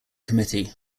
committee